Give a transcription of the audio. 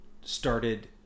started